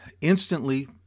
instantly